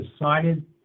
decided